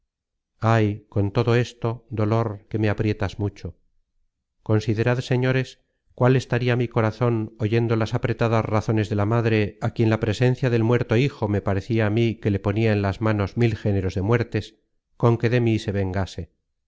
ay con todo esto dolor que me aprietas mucho considerad señores cuál estaria mi corazon oyendo las apretadas razones de la madre á quien la presencia del muerto hijo me parecia á mí que le ponia en las manos mil géneros de muertes con que de mí se vengase